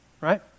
right